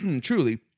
Truly